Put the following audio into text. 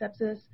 sepsis